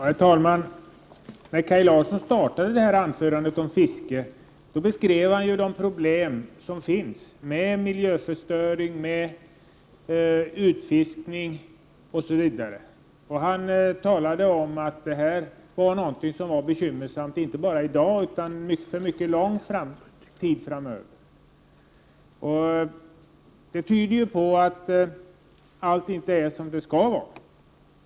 Herr talman! När Kaj Larsson började sitt anförande om fisket så beskrev han de problem som finns med miljöförstöring, utfiskning osv. Han talade om att det var något som inte var bekymmersamt bara i dag, utan för en mycket lång tid framöver. Det tyder på att allt inte är som det skall vara.